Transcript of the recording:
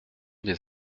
des